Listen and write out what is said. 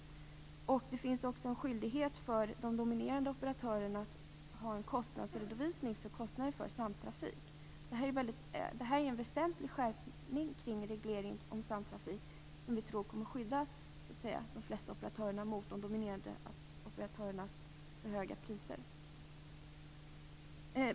De dominerande operatörerna har också en skyldighet att ha en kostnadsredovisning för kostnader för samtrafik. Detta innebär en väsentlig skärpning i regleringen om samtrafik som kommer att skydda de flesta operatörer mot de dominerande operatörernas för höga priser.